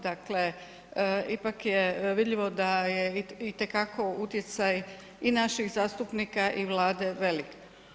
Dakle ipak je vidljivo da je itekako utjecaj i naših zastupnika i Vlade velik.